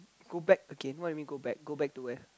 go back again what you mean go back go back to where